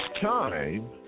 time